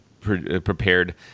prepared